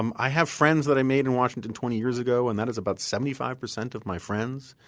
um i have friends that i made in washington twenty years ago and that is about seventy five percent of my friends